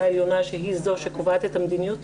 העליונה שהיא זו שקובעת את המדיניות,